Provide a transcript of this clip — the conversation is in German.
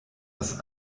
das